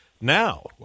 now